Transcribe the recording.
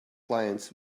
clients